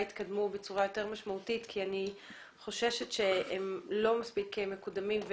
יתקדמו בצורה יותר משמעותית כי אני חוששת שהם לא מספיק מקודמים.